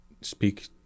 speak